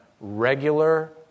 regular